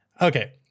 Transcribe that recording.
Okay